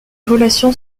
relations